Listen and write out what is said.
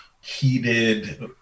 heated